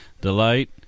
delight